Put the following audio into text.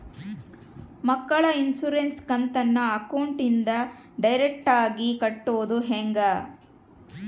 ಮಕ್ಕಳ ಇನ್ಸುರೆನ್ಸ್ ಕಂತನ್ನ ಅಕೌಂಟಿಂದ ಡೈರೆಕ್ಟಾಗಿ ಕಟ್ಟೋದು ಹೆಂಗ?